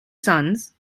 sons